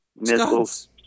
missiles